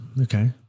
Okay